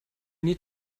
need